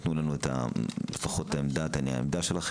תנו לנו לפחות את העמדה שלכם.